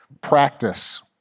practice